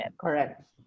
Correct